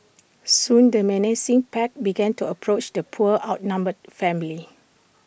soon the menacing pack began to approach the poor outnumbered family